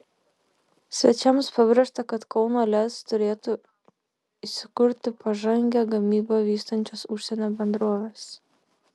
svečiams pabrėžta kad kauno lez turėtų įsikurti pažangią gamybą vystančios užsienio bendrovės